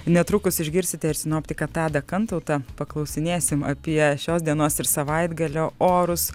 netrukus išgirsite ir sinoptiką tadą kantautą paklausinėsim apie šios dienos ir savaitgalio orus